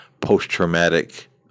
post-traumatic